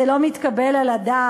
זה לא מתקבל על הדעת.